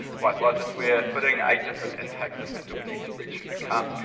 likewise if we're fitting a different intake system, do we need to retune the car?